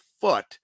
foot